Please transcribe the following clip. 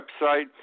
website